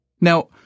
Now